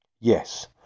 Yes